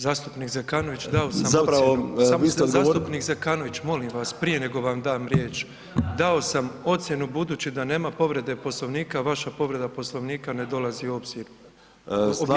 Zastupnik Zekanović, dao sam [[Upadica: Zapravo vi ste odgovorili]] zastupnik Zekanović, molim vas, prije nego vam dam riječ, dao sam ocjenu, budući da nema povrede Poslovnika, vaša povreda Poslovnika ne dolazi u obzir.